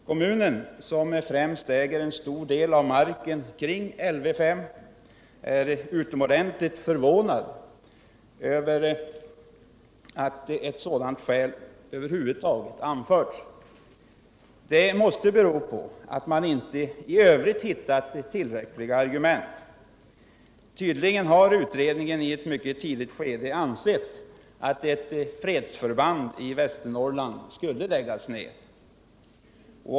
Kommunen, som äger en stor del av marken kring Lv 5, är utomordentligt förvånad över att ett sådant skäl över huvud taget anförts. Det måste bero på att man i övrigt inte hittat tillräckliga argument. Tydligen har utredningen i ett mycket tidigt skede ansett att ett fredsförband i Västernorrland skulle läggas ned.